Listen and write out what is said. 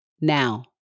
Now